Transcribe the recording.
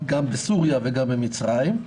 גם בסוריה וגם במצרים.